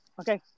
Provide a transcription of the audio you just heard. Okay